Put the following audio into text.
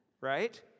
Right